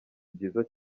byiza